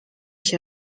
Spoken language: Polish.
się